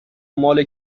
مال